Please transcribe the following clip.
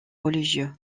religieux